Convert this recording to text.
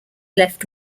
left